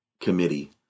committee